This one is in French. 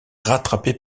rattrapé